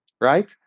right